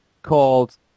called